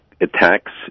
attacks